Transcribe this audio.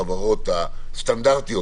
על האנשים הפרטיים והחברות הסטנדרטיות,